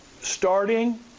starting